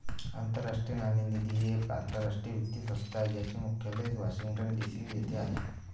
आंतरराष्ट्रीय नाणेनिधी ही एक आंतरराष्ट्रीय वित्तीय संस्था आहे ज्याचे मुख्यालय वॉशिंग्टन डी.सी येथे आहे